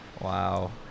wow